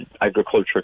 agriculture